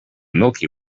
milky